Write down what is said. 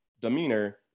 demeanor